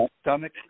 stomach